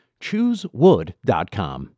choosewood.com